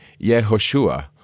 Yehoshua